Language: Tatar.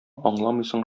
аңламыйсың